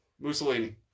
Mussolini